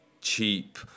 cheap